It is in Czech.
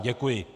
Děkuji.